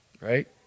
right